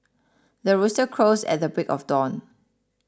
the rooster crows at the break of dawn